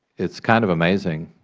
it is kind of amazing,